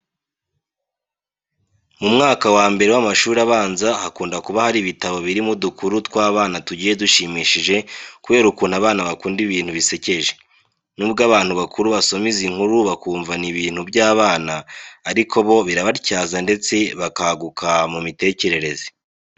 Mu mwaka wa mbere w'amashuri abanza hakunda kuba hari ibitabo birimo udukuru tw'abana tugiye dushimishije kubera ukuntu abana bakunda ibintu bisekeje. Nubwo abantu bakuru basoma izi nkuru bakumva ni ibintu by'abana ariko bo birabatyaza ndetse bakaguka mu mitekerereze.